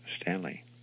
stanley